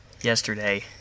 Yesterday